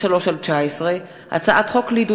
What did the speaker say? פ/1753/19 וכלה בהצעת חוק פ/1761/19,